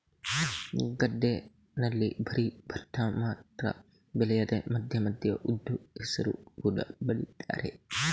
ಗದ್ದೆನಲ್ಲಿ ಬರೀ ಭತ್ತ ಮಾತ್ರ ಬೆಳೆಯದೆ ಮಧ್ಯ ಮಧ್ಯ ಉದ್ದು, ಹೆಸರು ಕೂಡಾ ಬೆಳೀತಾರೆ